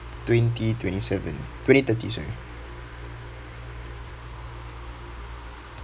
twenty twenty seven twenty thirty sorry